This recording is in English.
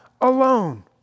alone